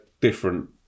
different